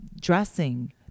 dressing